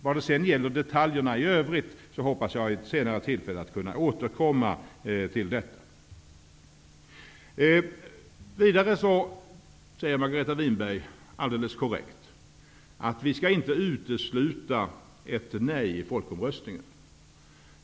Vad gäller detaljerna i övrigt hoppas jag kunna återkomma vid ett senare tillfälle. Vidare säger Margareta Winberg, alldeles korrekt, att vi inte skall utesluta ett nej i folkomröstningen.